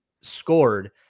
scored